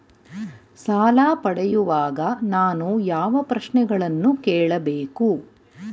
ಸಾಲ ಪಡೆಯುವಾಗ ನಾನು ಯಾವ ಪ್ರಶ್ನೆಗಳನ್ನು ಕೇಳಬೇಕು?